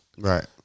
Right